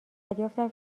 دریافتم